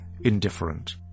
indifferent